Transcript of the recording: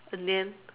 in the end